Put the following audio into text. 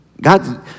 God